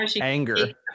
anger